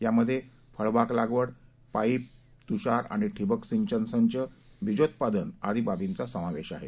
यामध्ये फळबाग लागवड पाईप तुषार आणि ठिबक सिंचन संच बिजोत्पादन आदी बाबींचा समावेश आहे